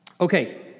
Okay